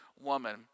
woman